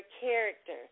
character